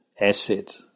asset